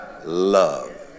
love